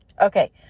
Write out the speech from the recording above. Okay